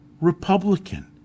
Republican